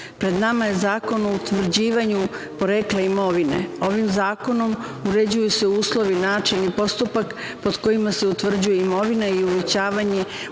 Pred nama je Zakon o utvrđivanju porekla imovine. Ovim zakonom uređuju se uslovi, način i postupak pod kojima se utvrđuje imovina i uvećanje